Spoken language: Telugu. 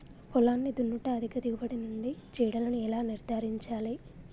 పొలాన్ని దున్నుట అధిక దిగుబడి నుండి చీడలను ఎలా నిర్ధారించాలి?